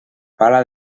pala